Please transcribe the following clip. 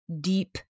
deep